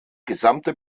gesamte